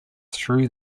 through